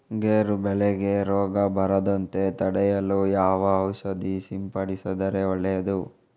ಗೇರು ಬೆಳೆಗೆ ರೋಗ ಬರದಂತೆ ತಡೆಯಲು ಯಾವ ಔಷಧಿ ಸಿಂಪಡಿಸಿದರೆ ಒಳ್ಳೆಯದು?